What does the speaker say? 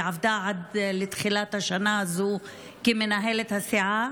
היא עבדה עד תחילת השנה הזאת כמנהלת הסיעה.